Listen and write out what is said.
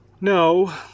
No